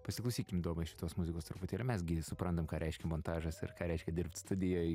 pasiklausykim šitos muzikos truputį ir mes gi suprantam ką reiškia montažas ir ką reiškia dirbt studijoj